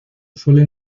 suelen